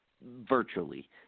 virtually